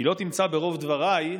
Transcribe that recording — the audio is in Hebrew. כי לא תמצא ברוב דבריי",